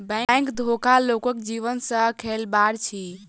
bank धोखा लोकक जीवन सॅ खेलबाड़ अछि